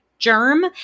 germ